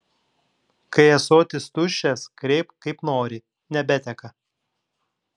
kai ąsotis tuščias kreipk kaip nori nebeteka